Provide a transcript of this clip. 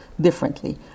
differently